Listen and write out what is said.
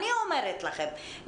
אני אומרת לכם,